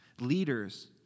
leaders